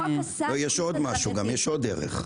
החוק עשה תוכנית הדרגתית.